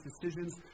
decisions